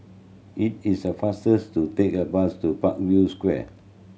it is a fastest to take a bus to Parkview Square